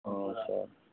sir